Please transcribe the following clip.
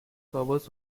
covers